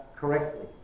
correctly